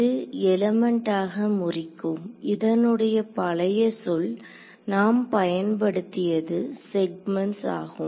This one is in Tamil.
இது எலிமெண்ட் ஆக முறிக்கும் இதனுடைய பழைய சொல் நாம் பயன்படுத்தியது செக்மெண்ட்ஸ் ஆகும்